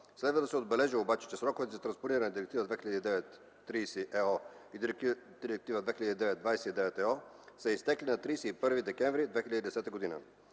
Следва да се отбележи обаче, че сроковете за транспониране на Директива 2009/30/ЕО и Директива 2009/29/ЕО са изтекли на 31 декември 2010 г.